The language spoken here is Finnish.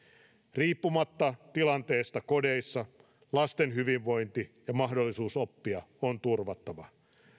riippumatta tilanteesta kodeissa lasten hyvinvointi ja mahdollisuus oppia on turvattava